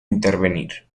intervenir